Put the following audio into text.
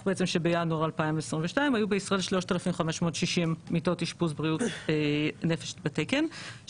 שבינואר 2022 היו בישראל 3,560 מיטות אשפוז בריאות נפש בתקן,